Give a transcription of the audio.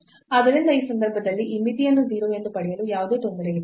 ಆದ್ದರಿಂದ ಈ ಸಂದರ್ಭದಲ್ಲಿ ಈ ಮಿತಿಯನ್ನು 0 ಎಂದು ಪಡೆಯಲು ಯಾವುದೇ ತೊಂದರೆಯಿಲ್ಲ